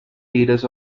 leaders